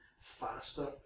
faster